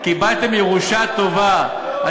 קיבלתם ירושה טובה.